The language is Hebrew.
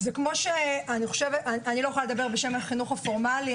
ואני לא יכולה לדבר בשם החינוך הפורמלי,